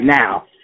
now